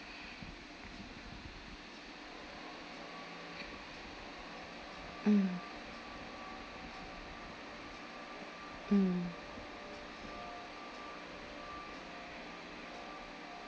mm mm